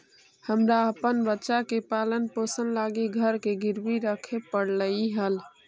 हमरा अपन बच्चा के पालन पोषण लागी घर के गिरवी रखे पड़लई हल